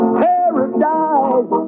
paradise